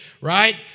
right